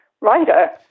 writer